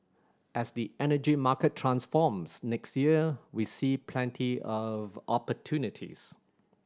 as the energy market transforms next year we see plenty of opportunities